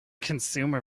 consumer